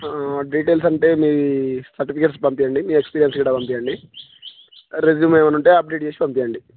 details అంటే మీ certificates పంపియండి మీ ఎక్స్పీరియన్స్ కూడా పంపియండి రిజ్యూమ్ ఏమైనా ఉంటే అప్డేట్ చేసి పంపియండి